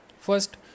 First